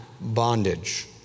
bondage